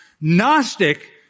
Gnostic